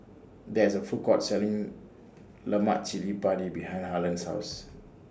There IS A Food Court Selling Lemak Cili Padi behind Harlen's House